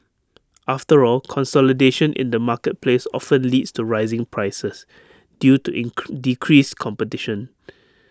after all consolidation in the marketplace often leads to rising prices due to decreased competition